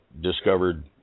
discovered